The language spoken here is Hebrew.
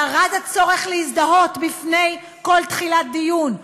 ירד הצורך להזדהות לפני כל תחילת דיון,